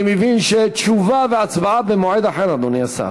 אני מבין שתשובה והצבעה במועד אחר, אדוני השר.